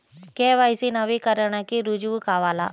KYC నవీకరణకి రుజువు కావాలా?